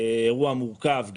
אירוע מורכב,